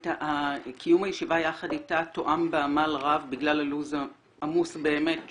קיום הישיבה יחד איתה תואם בעמל רב בגלל הלו"ז העמוס באמת שלה,